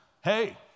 hey